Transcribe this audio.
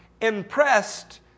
impressed